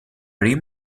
rim